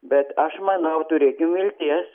bet aš manau turėkim vilties